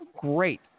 Great